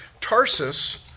Tarsus